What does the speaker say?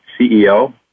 CEO